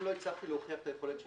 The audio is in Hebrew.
אם לא הצליח להוכיח את היכולת שלו,